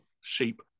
sheep